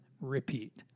repeat